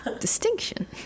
distinction